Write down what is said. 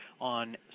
on